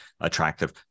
attractive